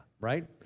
right